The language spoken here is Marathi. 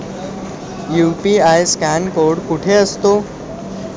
यु.पी.आय स्कॅन कोड कुठे असतो?